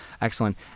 excellent